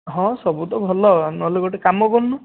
ହଁ ସବୁ ତ ଭଲ ନହେଲେ ଗୋଟେ କାମ କରୁନୁ